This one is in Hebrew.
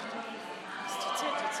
אני רוצה להתנגד.